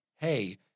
hey